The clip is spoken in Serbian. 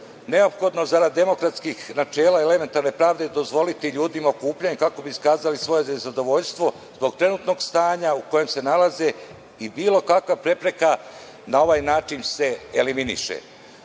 Neophodno je zarad demokratskih načela, elementarne pravde dozvoliti ljudima okupljanje, kako bi iskazali svoje nezadovoljstvo zbog trenutnog stanja u kojem se nalaze i bilo kakva prepreka na ovaj način se eliminiše. Što